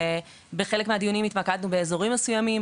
ובחלק מהדיונים התמקדנו באזורים מסוימים,